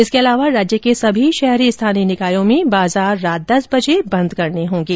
इसके अलावा राज्य के सभी शहरी स्थानीय निकायों में बाजार रात दस बजे बंद करने होंगे